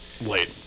late